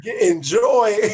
Enjoy